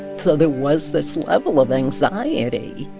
so there was this level of anxiety